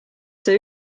see